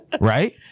right